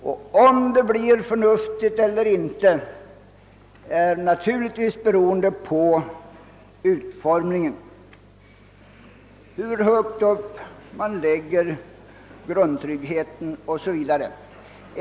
Om systemet blir förnuftigt eller inte beror naturligtvis på utformningen: hur högt upp man lägger grundtryggheten 0. S. Vv.